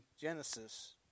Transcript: Genesis